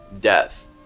death